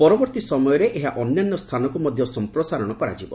ପରବର୍ତ୍ତୀ ସମୟରେ ଏହା ଅନ୍ୟାନ୍ୟ ସ୍ଥାନକୁ ମଧ୍ୟ ସମ୍ପ୍ରସାରଣ କରାଯିବ